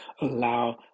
allow